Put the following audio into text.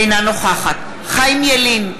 אינה נוכחת חיים ילין,